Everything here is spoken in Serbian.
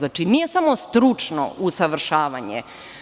Nije samo stručno usavršavanje.